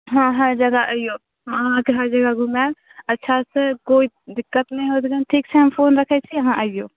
हँ हर जगह अइऔ हम अहाँके हर जगह घुमाएब अच्छासँ कोइ दिक्कत नहि हैत ठीक छै हम फोन रखे छी अहाँ अइऔ